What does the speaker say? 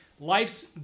life's